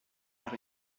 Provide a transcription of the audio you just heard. par